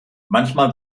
manchmal